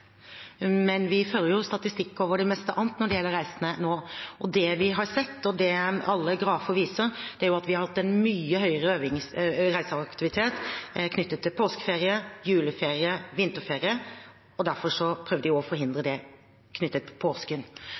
vi har sett, og det alle grafer viser, er at vi har hatt en mye høyere reiseaktivitet knyttet til påskeferie, juleferie og vinterferie. Derfor prøvde vi å forhindre det knyttet